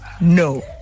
no